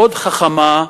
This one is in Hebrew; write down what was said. מאוד חכמה,